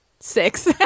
Six